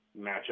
matchup